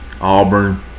Auburn